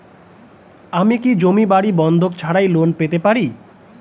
আমি কি জমি বাড়ি বন্ধক ছাড়াই লোন পেতে পারি?